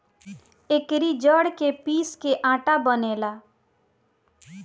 एकरी जड़ के पीस के आटा बनेला